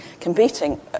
competing